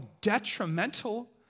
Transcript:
detrimental